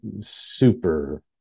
super